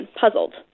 puzzled